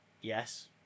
Yes